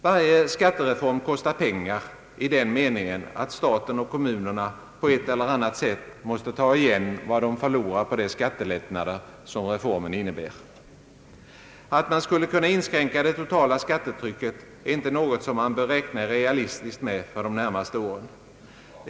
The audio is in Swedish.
Varje skattereform kostar pengar i den meningen att staten eller kommunerna på ett eller annat sätt måste ta igen vad de förlorar på de skattelättnader som reformen innebär. Att man skulle kunna inskränka det totala skatteuttaget är inte något som man bör räkna realistiskt med för de närmaste åren.